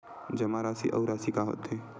जमा राशि अउ राशि का होथे?